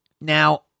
Now